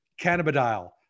cannabidiol